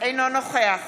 אינו נוכח